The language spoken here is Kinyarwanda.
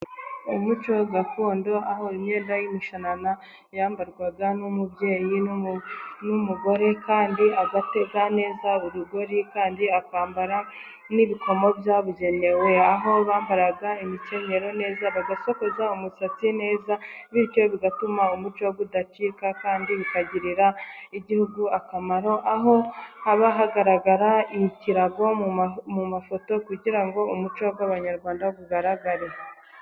Umuco gakondo aho imyenda y'imishanana yambarwaga n'umubyeyi n'umugore, kandi agatega neza urigori, kandi akambara n'ibikomo byabugenewe, aho bambaraga imikenyero neza, bagasokoza umusatsi neza, bityo bigatuma umuco udacika kandi bikagirira igihugu akamaro, aho haba hagaragara ikirago mu mafoto, kugira ngo umuco w'abanyarwanda ugaragare.